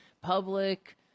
public